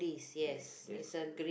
yes that's